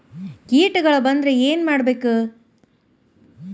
ಕೇಟಗಳ ಬಂದ್ರ ಏನ್ ಮಾಡ್ಬೇಕ್?